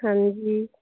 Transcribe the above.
ਹਾਂਜੀ